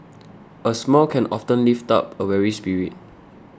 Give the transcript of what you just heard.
a smile can often lift up a weary spirit